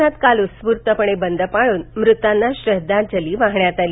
शहरात काल उत्स्फूर्तपणे बंद पाळून मृतांना श्रद्वांजली वाहण्यात आली